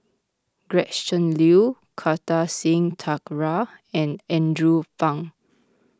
Gretchen Liu Kartar Singh Thakral and Andrew Phang